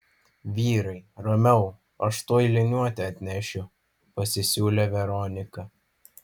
vyrai ramiau aš tuoj liniuotę atnešiu pasisiūlė veronika